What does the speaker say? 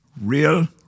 real